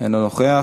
אינו נוכח.